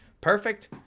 Perfect